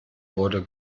wurde